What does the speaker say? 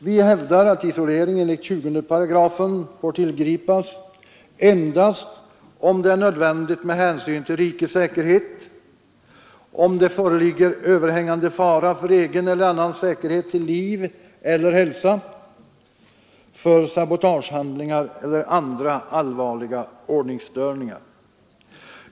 Vi hävdar att isolering enligt 20 § får tillgripas endast om det är nödvändigt med hänsyn till rikets säkerhet eller om det föreligger överhängande fara för egen eller annans säkerhet till liv eller hälsa, för sabotagehandlingar eller för andra allvarliga ordningsstörningar.